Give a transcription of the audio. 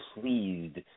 pleased